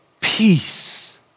peace